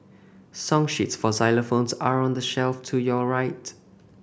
song sheets for xylophones are on the shelf to your right